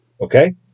Okay